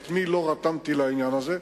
את מי לא רתמתי לעניין הזה,